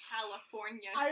California